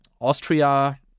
Austria